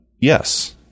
Yes